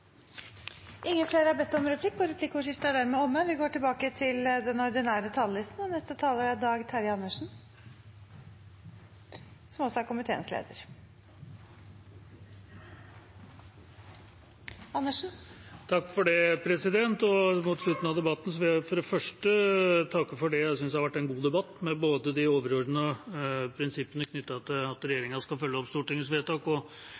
ingen annen lovnad enn at vi skal holde lovnaden om at dette skal komme neste år. Replikkordskiftet er omme. Mot slutten av debatten vil jeg for det første takke for det jeg synes har vært en god debatt, med både de overordnede prinsippene knyttet til at regjeringa skal følge opp Stortingets vedtak, og